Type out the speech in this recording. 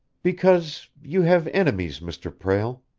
because you have enemies, mr. prale!